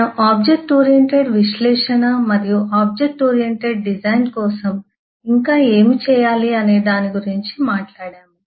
మనము object oriented విశ్లేషణ మరియు ఆబ్జెక్ట్ ఓరియెంటెడ్ డిజైన్ కోసం ఇంకా ఏమి చేయాలి అనే దాని గురించి మాట్లాడాము